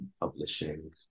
publishing